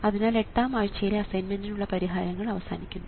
അതിനാൽ എട്ടാം ആഴ്ചയിലെ അസൈൻമെന്റിനുള്ള പരിഹാരങ്ങൾ അവസാനിക്കുന്നു